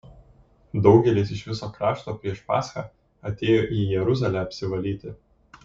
daugelis iš viso krašto prieš paschą atėjo į jeruzalę apsivalyti